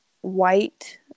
white